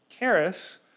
Karis